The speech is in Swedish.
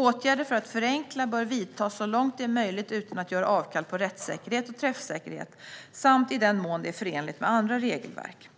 Åtgärder för att förenkla bör vidtas så långt det är möjligt utan att göra avkall på rättssäkerhet och träffsäkerhet, samt i den mån det är förenligt med andra regelverk.